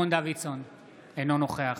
אינו נוכח